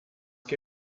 que